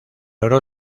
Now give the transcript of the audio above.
oro